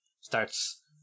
starts